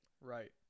Right